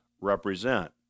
represent